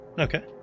okay